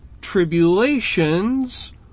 tribulations